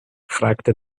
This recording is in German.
fragte